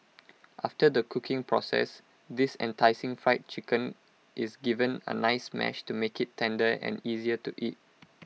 after the cooking process this enticing Fried Chicken is given A nice mash to make IT tender and easier to eat